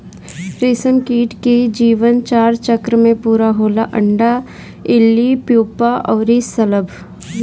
रेशमकीट के जीवन चार चक्र में पूरा होला अंडा, इल्ली, प्यूपा अउरी शलभ